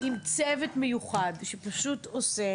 עם צוות מיוחד שפשוט עושה